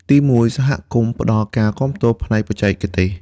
ទីមួយ សហគមន៍ផ្ដល់ ការគាំទ្រផ្នែកបច្ចេកទេស។